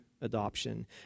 adoption